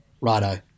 righto